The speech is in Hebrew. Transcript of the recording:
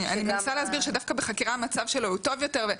אני מנסה להסביר שדווקא בחקירה המצב שלו הוא טוב יותר.